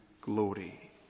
glory